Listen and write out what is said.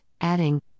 adding